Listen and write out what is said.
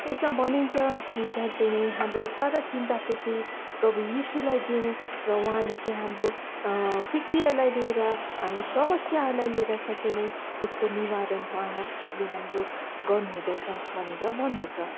यसमा भनिन्छ कि साँच्चै नै हाम्रो सारा चिन्ता फिक्री प्रभु यिशुलाई दिउँ र उहाँले चाहिँ हाम्रोे फिक्रीहरूलाई लिएर हाम्रो समस्याहरूलाई लिएर साँच्चै नै त्यसको निवारण उहाँले हाम्रो गर्नु हुँदछ भनेर भन्दछ